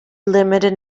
limited